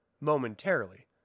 Momentarily